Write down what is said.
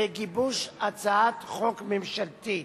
לגיבוש הצעת חוק ממשלתית.